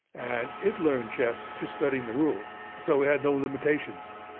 and it learned chess just studying the rules, so it had no limitations.